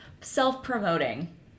Self-promoting